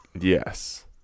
Yes